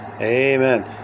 amen